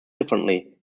differently